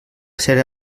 cera